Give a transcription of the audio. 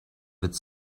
its